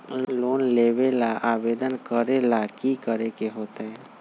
Loan लेबे ला आवेदन करे ला कि करे के होतइ?